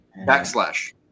backslash